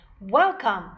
Welcome